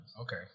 Okay